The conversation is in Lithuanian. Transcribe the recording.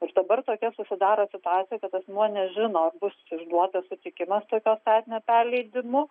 ir dabar tokia susidaro situacija kad asmuo nežino bus išduotas sutikimas tokio statinio perleidimu